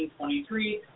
1923